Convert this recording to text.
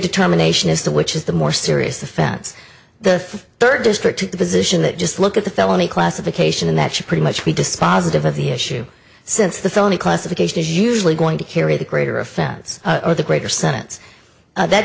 determination as to which is the more serious offense the third district the position that just look at the felony classification and that should pretty much be dispositive of the issue since the felony classification is usually going to carry the greater offense or the greater sentence that